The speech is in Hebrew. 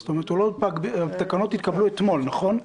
זאת אומרת, התקנות התקבלו אתמול, נכון?